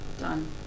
Done